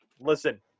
listen